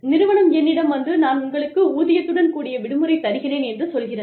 நிறுவனம் என்னிடம் வந்து நான் உங்களுக்கு ஊதியத்துடன் கூடிய விடுமுறை தருகிறேன் என்று சொல்கிறது